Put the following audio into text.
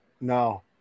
No